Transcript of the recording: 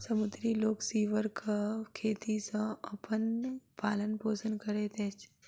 समुद्री लोक सीवरक खेती सॅ अपन पालन पोषण करैत अछि